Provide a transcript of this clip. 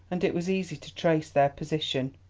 and it was easy to trace their position.